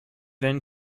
then